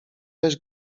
weź